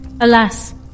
Alas